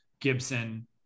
Gibson